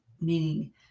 meaning